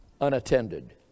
unattended